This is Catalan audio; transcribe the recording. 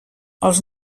els